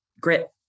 grit